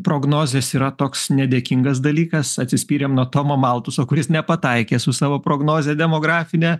prognozės yra toks nedėkingas dalykas atsispyrėm nuo tomo maltuso kuris nepataikė su savo prognoze demografine